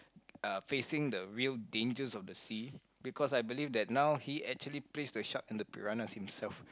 uh facing the real dangers of the sea because I believe that now he actually place the shark and the piranhas himself